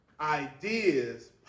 ideas